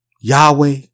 Yahweh